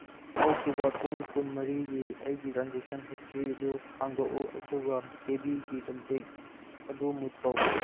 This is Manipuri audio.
ꯍꯧꯈꯤꯕ ꯄꯨꯡ ꯀꯨꯟꯃꯔꯤꯒꯤ ꯑꯩꯒꯤ ꯇ꯭ꯔꯥꯟꯖꯦꯛꯁꯟ ꯍꯤꯁꯇ꯭ꯔꯤ ꯑꯗꯨ ꯍꯥꯡꯗꯣꯛꯎ ꯑꯗꯨꯒ ꯀꯦꯕꯤꯒꯤ ꯀꯟꯇꯦꯛ ꯑꯗꯨ ꯃꯨꯠ ꯇꯧ